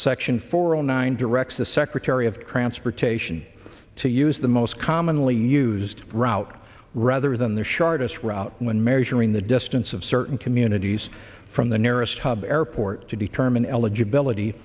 section four zero nine directs the secretary of transportation to use the most commonly used route rather than the sharpest route when measuring the distance of certain communities from the nearest hub airport to determine eligibility